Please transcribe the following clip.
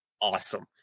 awesome